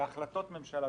בהחלטות ממשלה.